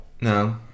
no